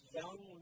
young